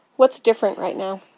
what's different right now?